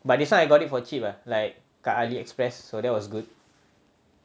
but this [one] I got it for cheap lah like dekat Ali Express so that was good